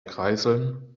kreiseln